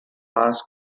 mass